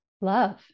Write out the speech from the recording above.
love